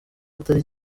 atari